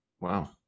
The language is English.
Wow